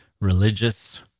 religious